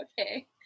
Okay